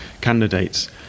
candidates